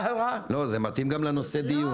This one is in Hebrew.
זה מתאים גם לנושא הדיון.